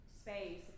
space